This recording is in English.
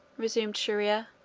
resumed shier-ear,